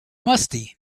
musty